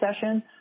session